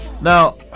Now